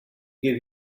give